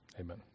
Amen